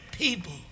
People